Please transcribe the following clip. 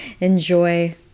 enjoy